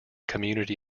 community